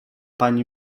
pani